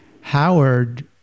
Howard